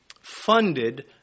funded